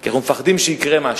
כי אנחנו פוחדים שיקרה משהו.